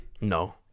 No